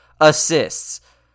assists